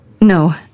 No